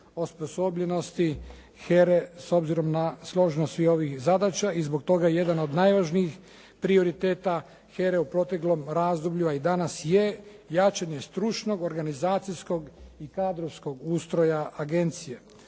osposobljenosti HERE s obzirom na složenost svih ovih zadaća i zbog toga je jedan od najvažnijih prioriteta HERE u proteklom razdoblju a i danas je jačanje stručnog, organizacijskog i kadrovskog ustroja agencije.